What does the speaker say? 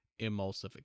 emulsification